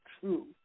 true